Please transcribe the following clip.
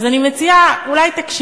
אז אני מציעה, אולי תקשיב.